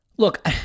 Look